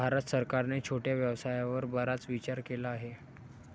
भारत सरकारने छोट्या व्यवसायावर बराच विचार केला आहे